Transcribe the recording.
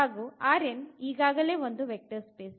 ಹಾಗು ಒಂದು vector space